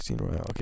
okay